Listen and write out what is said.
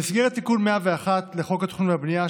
במסגרת תיקון 101 לחוק התכנון והבנייה,